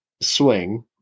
swing